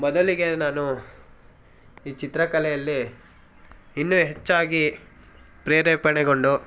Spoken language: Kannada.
ಮೊದಲಿಗೆ ನಾನು ಈ ಚಿತ್ರಕಲೆಯಲ್ಲಿ ಇನ್ನೂ ಹೆಚ್ಚಾಗಿ ಪ್ರೇರೇಪಣೆಗೊಂಡು